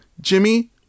Jimmy